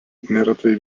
neretai